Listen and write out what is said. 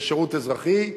לשירות אזרחי.